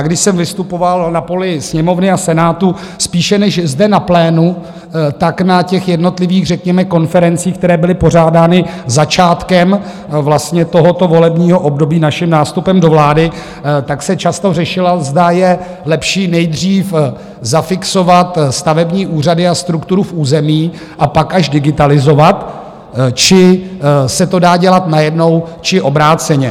Když jsem vystupoval na poli Sněmovny a Senátu, spíše než zde na plénu na jednotlivých řekněme konferencích, které byly pořádány začátkem tohoto volebního období s naším nástupem do vlády, tak se často řešilo, zda je lepší nejdřív zafixovat stavební úřady a strukturu v území a pak až digitalizovat, či se to dá dělat najednou či obráceně.